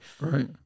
Right